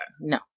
No